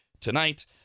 tonight